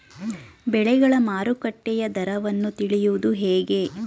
ಬೆಳೆಗಳ ಮಾರುಕಟ್ಟೆಯ ದರವನ್ನು ತಿಳಿಯುವುದು ಹೇಗೆ?